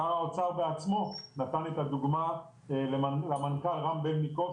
שר האוצר בעצמו נתן את הדוגמה למנכ"ל רם בלינקוב,